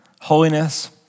holiness